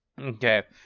okay